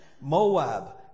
Moab